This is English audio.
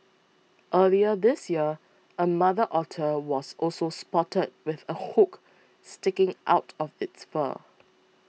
earlier this year a mother otter was also spotted with a hook sticking out of its fur